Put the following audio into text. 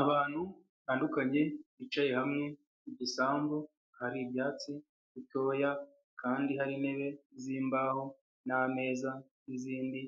Abantu batandukanye bicaye hamwe ku gisambu hari ibyatsi bitoya kandi hari intebe z'imbaho n'ameza n'izindi